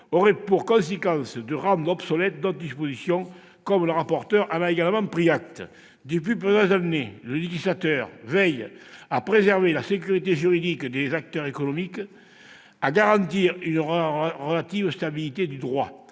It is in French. aurait pour conséquence de rendre obsolètes d'autres dispositions, comme le rapporteur en a également pris acte. Depuis plusieurs années, le législateur veille à préserver la sécurité juridique des acteurs économiques et à garantir une relative stabilité du droit.